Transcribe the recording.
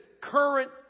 current